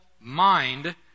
mind